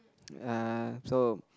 uh so